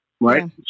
right